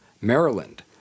Maryland